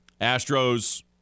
Astros